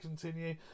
continue